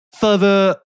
further